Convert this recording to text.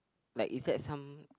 like is that some